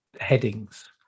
headings